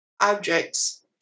objects